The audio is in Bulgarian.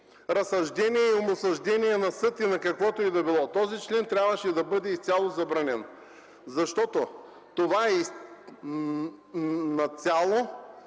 разсъждения и умосъждения на съд и на каквото и да било. Този член трябваше да бъде изцяло забранен, защото това изцяло